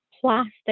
plastic